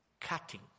cutting